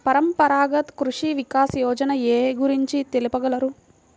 పరంపరాగత్ కృషి వికాస్ యోజన ఏ గురించి తెలుపగలరు?